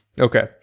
Okay